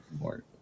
more